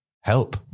help